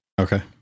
Okay